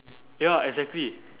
ya exactly